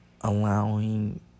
allowing